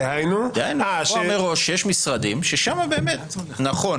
דהיינו, לקבוע מראש שיש משרדים ששם באמת נכון